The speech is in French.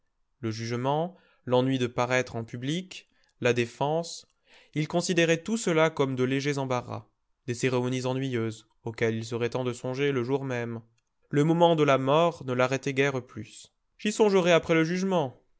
le jugement l'ennui de paraître en public la défense il considérait tout cela comme de légers embarras des cérémonies ennuyeuses auxquelles il serait temps de songer le jour même le moment de la mort ne l'arrêtait guère plus j'y songerai après le jugement